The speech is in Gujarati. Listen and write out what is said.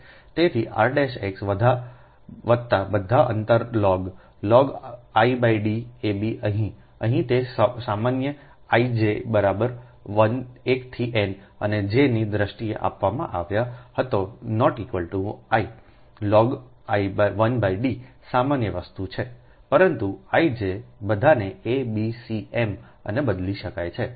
તેથી rx વત્તા બધા અંતર લોગલોગ 1 D ab અહીં અહીં તે સામાન્ય 1 j 1થી n અને jની દ્રષ્ટિએ આપવામાં આવ્યો હતો≠I લોગ 1 D સામાન્ય વસ્તુ છે પરંતુ ij બધાને a b c m અને બદલી શકાય છે